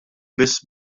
biss